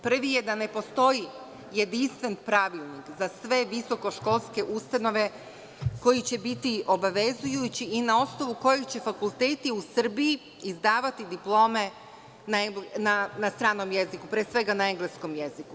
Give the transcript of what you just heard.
Prvi je da ne postoji jedinstven pravilnik za sve visoko školske ustanove koji će biti obavezujući i na osnovu kojeg će fakulteti u Srbiji izdavati diplome na stranom jeziku, pre svega na engleskom jeziku.